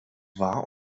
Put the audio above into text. war